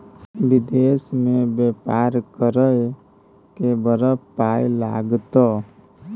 विदेश मे बेपार करय मे बड़ पाय लागतौ